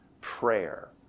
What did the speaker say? prayer